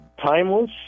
timeless